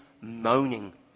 moaning